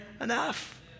enough